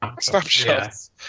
Snapshots